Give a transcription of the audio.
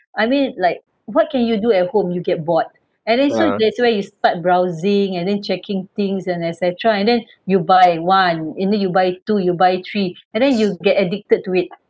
I mean like what can you do at home you get bored and then so that's where you start browsing and then checking things and etcetera and then you buy one and then you buy two you buy three and then you get addicted to it